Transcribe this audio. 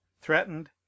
threatened